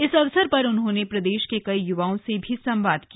इस अवसर पर उन्होंने प्रदेश के कई य्वाओं से भी संवाद किया